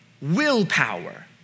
willpower